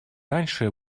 раньше